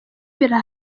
ibirayi